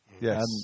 Yes